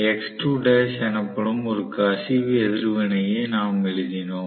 X2l எனப்படும் ஒரு கசிவு எதிர்வினையை நாம் எழுதினோம்